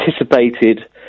anticipated